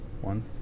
One